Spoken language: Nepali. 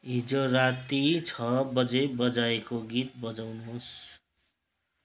हिजो राति छ बजे बजाएको गीत बजाउनुहोस्